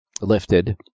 lifted